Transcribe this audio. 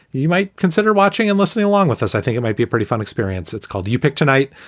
you might consider watching and listening along with us. i think it might be a pretty fun experience. it's called you pick tonight.